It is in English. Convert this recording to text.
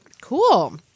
Cool